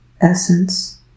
essence